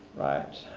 right.